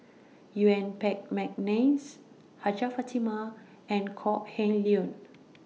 Yuen Peng Mcneice Hajjah Fatimah and Kok Heng Leun